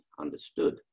understood